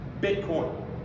Bitcoin